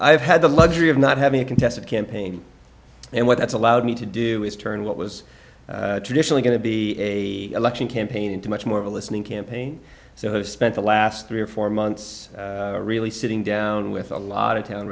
i've had the luxury of not having a contested campaign and what that's allowed me to do is turn what was traditionally going to be a election campaign into much more of a listening campaign so i spent the last three or four months really sitting down with a lot of town